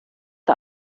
der